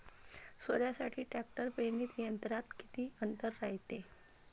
सोल्यासाठी ट्रॅक्टर पेरणी यंत्रात किती अंतर रायते?